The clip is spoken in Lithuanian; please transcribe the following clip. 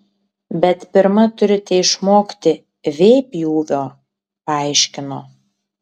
bet pirma turite išmokti v pjūvio paaiškino